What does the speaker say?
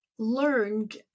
Learned